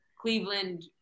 cleveland